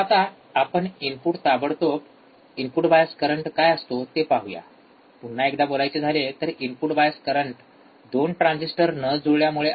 तर आता आपण ताबडतोब इनपुट बायस करंट काय असतो ते पाहूया पुन्हा एकदा बोलायचे झाले तर इनपुट बायस करंट २ ट्रांजिस्टर न जुळल्यामुळे आहे